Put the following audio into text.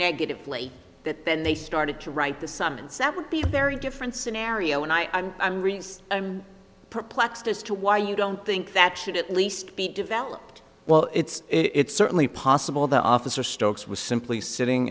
negative late that then they started to write the summons that would be very different scenario and i i'm i'm i'm perplexed as to why you don't think that should at least be developed well it's it's certainly possible that officer stokes was simply sitting